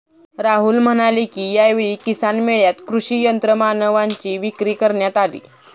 राहुल म्हणाले की, यावेळी किसान मेळ्यात कृषी यंत्रमानवांची विक्री करण्यात आली